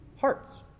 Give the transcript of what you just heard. hearts